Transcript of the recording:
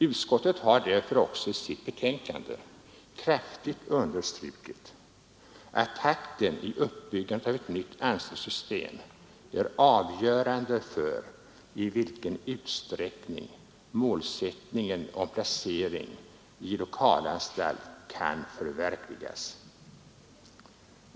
Utskottet har därför i sitt betänkande kraftigt understrukit att takten i uppbyggandet av ett nytt anstaltssystem är avgörande för i vilken utsträckning målsättningen om placering i lokalanstalt kan förverkligas.